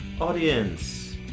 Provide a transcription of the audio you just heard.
audience